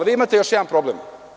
Ovde imate još jedan problem.